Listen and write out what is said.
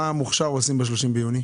מה עושים תלמידי המוכשר ב-1 ביולי?